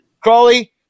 Crawley